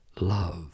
love